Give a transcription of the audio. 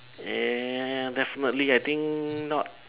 eh definitely I think not